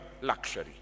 luxury